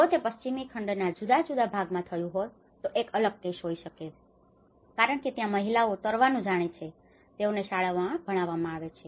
જો તે પશ્ચિમી ખંડના જુદા જુદા ભાગમાં થયો હોય તો તે એક અલગ કેસ હોઈ શકે છે કારણકે ત્યાં મહિલાઓ તરવાનું જાણે છે તેઓને શાળામાં ભણાવવામાં આવે છે